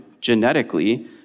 genetically